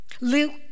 Luke